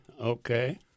Okay